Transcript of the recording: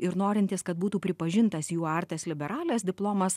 ir norintys kad būtų pripažintas jų artes liberales diplomas